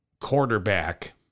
quarterback